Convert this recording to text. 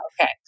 okay